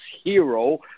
hero